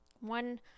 one